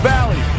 Valley